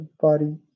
body